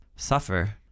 suffer